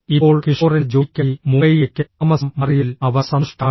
ഇപ്പോൾ കിഷോറിന്റെ ജോലിക്കായി മുംബൈയിലേക്ക് താമസം മാറിയതിൽ അവർ സന്തുഷ്ടരാണ്